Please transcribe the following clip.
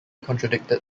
contradicted